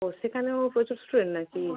ও সেখানেও প্রচুর স্টুডেন্ট নাকি